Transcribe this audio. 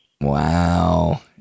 Wow